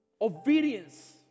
Obedience